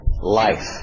life